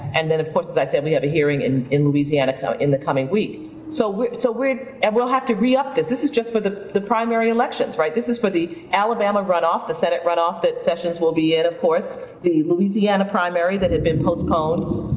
and then of course, as i said, we have a hearing in in louisiana kind of in the coming week. so we'll so and have to re-up this. this is just for the the primary elections, right? this is for the alabama runoff, the senate runoff, that sessions will be in, of course, the louisiana primary that had been postponed.